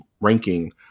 ranking